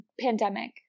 pandemic